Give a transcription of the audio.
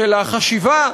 של החשיבה,